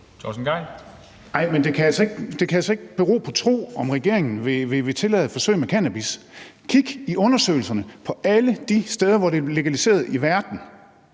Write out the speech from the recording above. Det kan altså ikke bero på tro, om regeringen vil tillade forsøg med cannabis. Kig i undersøgelserne i forhold til alle de steder i verden, hvor det er legaliseret. Ministeren